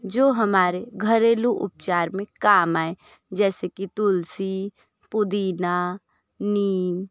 जो हमारे घरेलू उपचार में काम आए जैसे कि तुलसी पुदीना नीम